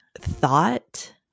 Thought